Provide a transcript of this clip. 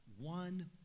one